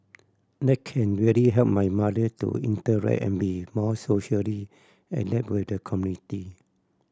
that can really help my mother to interact and be more socially adept with the community